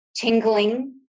tingling